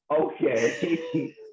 okay